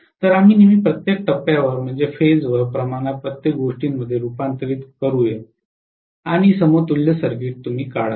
तर आपण नेहमी प्रत्येक टप्प्यावर प्रमाणात प्रत्येक गोष्टीमध्ये रूपांतरित कराल आणि समतुल्य सर्किट काढाल